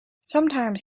sometimes